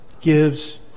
gives